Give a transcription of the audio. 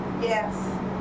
Yes